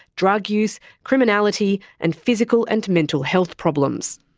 drug use, criminality and physical and mental health problems.